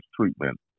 treatment